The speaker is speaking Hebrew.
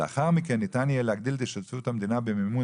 לאחר מכן ניתן יהיה להגדיל את השתתפות המדינה במימון